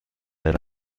era